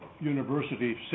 university